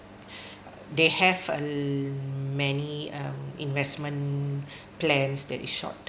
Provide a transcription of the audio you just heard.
they have err many um investment plans that is short